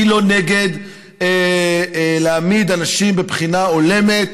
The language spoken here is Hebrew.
אני לא נגד להעמיד אנשים בבחינה הולמת,